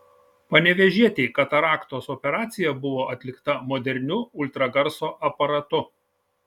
panevėžietei kataraktos operacija buvo atlikta moderniu ultragarso aparatu